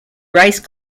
rice